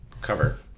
cover